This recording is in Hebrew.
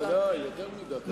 ודאי, יותר מדקה.